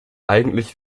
eigentlich